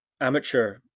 amateur